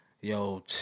yo